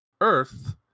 Earth